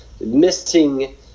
missing